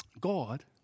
God